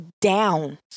down